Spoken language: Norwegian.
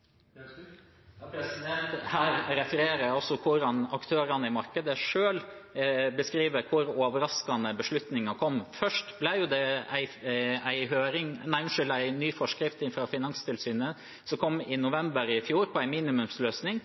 Her refererer jeg altså hvordan aktørene i markedet selv beskriver hvor overraskende beslutningen kom. Først ble det en ny forskrift fra Finanstilsynet, som kom i november i fjor, på en minimumsløsning.